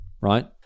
Right